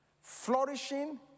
flourishing